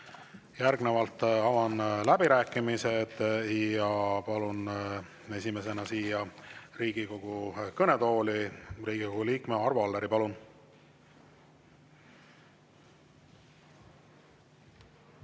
Järgnevalt avan läbirääkimised ja palun esimesena siia Riigikogu kõnetooli Riigikogu liikme Arvo Alleri. Palun!